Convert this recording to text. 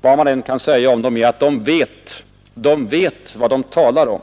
Vad man än kan säga om dem — de vet vad de talar om.